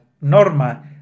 Norma